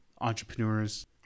entrepreneurs